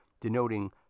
denoting